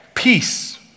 Peace